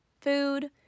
food